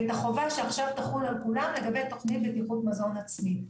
ואת החובה שעכשיו תחול על כולם לגבי תוכנית בטיחות מזון עצמית,